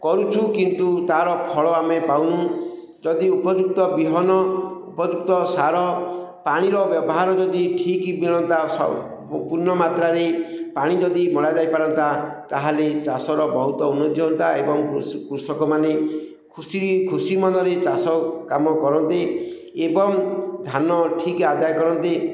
କରୁଛୁ କିନ୍ତୁ ତା'ର ଫଳ ଆମେ ପାଉନୁ ଯଦି ଉପଯୁକ୍ତ ବିହନ ଉପଯୁକ୍ତ ସାର ପାଣିର ବ୍ୟବହାର ଯଦି ଠିକ୍ ମିଳନ୍ତା ପୂର୍ଣ୍ଣ ମାତ୍ରାରେ ପାଣି ଯଦି ମଡ଼ା ଯାଇପାରନ୍ତା ତା'ହେଲେ ଚାଷର ବହୁତ ଉନ୍ନତି ହୁଅନ୍ତା ଏବଂ କୃଷକମାନେ ଖୁସିରେ ଖୁସି ମନରେ ଚାଷ କାମ କରନ୍ତେ ଏବଂ ଧାନ ଠିକ୍ ଆଦାୟ କରନ୍ତେ